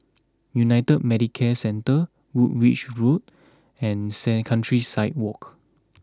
United Medicare Centre Woolwich Road and said Countryside Walk